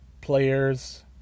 players